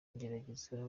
ngerageza